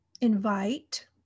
invite